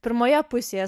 pirmoje pusėje